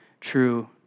true